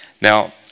now